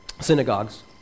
synagogues